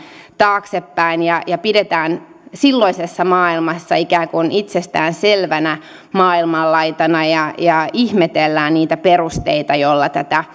taaksepäin ja pidämme silloisessa maailmassa ikään kuin itsestään selvänä maailmanlaitana ja ja ihmettelemme niitä perusteita joilla tätä